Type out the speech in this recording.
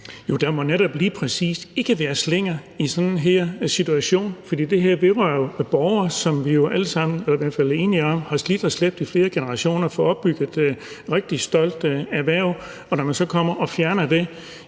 (V): Der må netop lige præcis ikke være slinger i sådan en situation her, for det her vedrører jo borgere, som vi alle sammen i hvert fald er enige om har slidt og slæbt i flere generationer for at opbygge et rigtig stolt erhverv, og så kommer man og fjerner det.